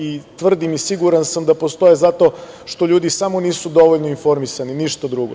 I tvrdim i siguran sam da postoje zato što ljudi samo nisu dovoljno informisani, ništa drugo.